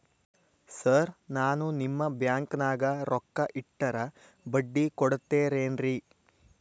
Sir ನಾನು ನಿಮ್ಮ ಬ್ಯಾಂಕನಾಗ ರೊಕ್ಕ ಇಟ್ಟರ ಬಡ್ಡಿ ಕೊಡತೇರೇನ್ರಿ?